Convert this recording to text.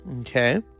Okay